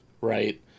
right